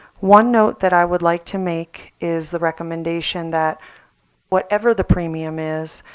one note that i would like to make is the recommendation that whatever the premium is,